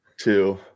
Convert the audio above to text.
two